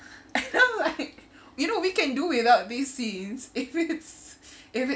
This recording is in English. and I'm like you know we can do without these scenes if it's